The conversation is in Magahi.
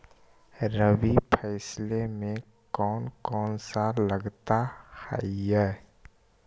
रबी फैसले मे कोन कोन सा लगता हाइय?